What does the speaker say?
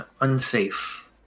unsafe